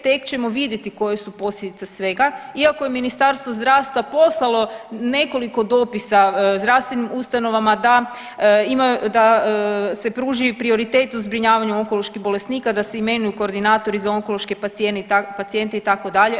Tek ćemo vidjeti koje su posljedice svega, iako je Ministarstvo zdravstva poslalo nekoliko dopisa zdravstvenim ustanovama da se pruži prioritet u zbrinjavanju onkoloških bolesnika, da se imenuju koordinatori za onkološke pacijente itd.